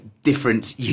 Different